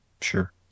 Sure